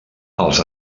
els